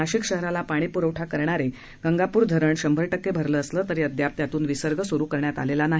नाशिक शहराला पाणी पुरवठा करणारे गंगापूर धरण शंभर टक्के भरले असले तरी अद्याप त्यातून विसर्ग सुरु करण्यात आला नाही